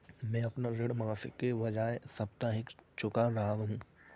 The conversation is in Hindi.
मैं अपना ऋण मासिक के बजाय साप्ताहिक चुका रहा हूँ